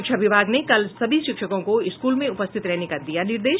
शिक्षा विभाग ने कल सभी शिक्षकों को स्कूल में उपस्थित रहने का दिया निर्देश